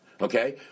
Okay